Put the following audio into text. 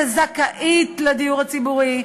שזכאית לדיור הציבורי,